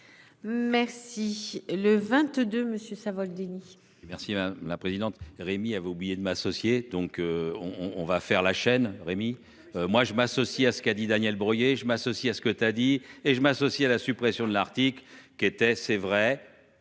Merci le 22 monsieur ça vole Denis. Merci madame la présidente, Rémy avait oublié de m'associer donc on on va faire la chaîne Rémi. Moi je m'associe à ce qu'a dit Daniel Breuiller, je m'associe à ce que tu as dit, et je m'associe à la suppression de l'article qui était c'est vrai